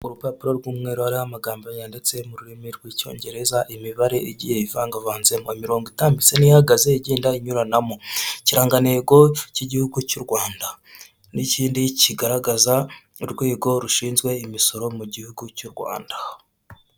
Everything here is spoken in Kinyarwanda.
Urupapuro rw'umweru hariho amagambo yanditse mu rurimi rw'icyongereza imibare igiye ivangavanzemo imirongo itambitse n'ihagaze igenda inyuranamo ikirangantego k'igihugu cy'u Rwanda n'ikindi kigaragaza urwego rushinzwe imisoro mu gihugu cy'u Rwanda.